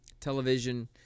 television